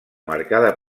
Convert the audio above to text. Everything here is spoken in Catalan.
marcada